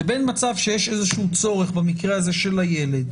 לבין מצב שיש איזשהו צורך במקרה הזה של הילד,